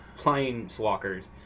Planeswalkers